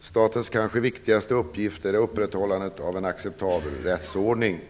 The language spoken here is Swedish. Statens kanske viktigaste uppgift är upprätthållandet av en acceptabel rättsordning.